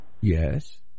Yes